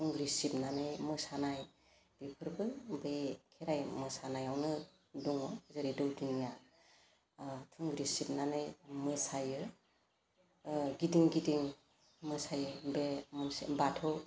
थुंग्रि सिबनानै मोसानाय बेफोरखो बे खेराइ मोसानायावनो दङ जेरै दौदिनिया ओह थुंग्रि सिबनानै मोसायो ओह गिदिं गिदिं मोसायो बे मुंसे बाथौ